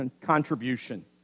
contribution